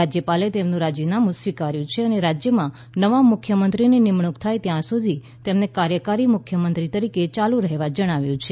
રાજ્યપાલે તેમનું રાજીનામું સ્વીકાર્યું છે અને રાજ્યમાં નવા મુખ્યમંત્રીની નિમણૂક થાય ત્યાં સુધી તેમને કાર્યકારી મુખ્યમંત્રી તરીકે ચાલુ રહેવા જણાવ્યું છે